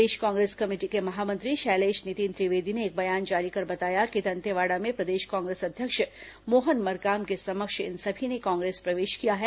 प्रदेश Congress committee के महामंत्री शैलेष नितिन त्रिवेदी ने एक बयान जारी कर बताया कि दंतेवाड़ा में प्रदेश कांग्रेस अध्यक्ष मोहन मरकाम के समक्ष इन सभी ने कांग्रेस प्रवेश किया है